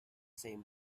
same